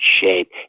shape